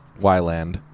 Wyland